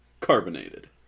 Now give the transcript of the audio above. carbonated